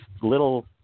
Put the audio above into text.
little